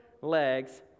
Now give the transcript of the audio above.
legs